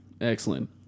Excellent